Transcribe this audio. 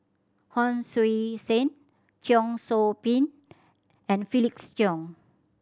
Hon Sui Sen Cheong Soo Pieng and Felix Cheong